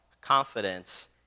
confidence